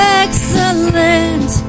excellent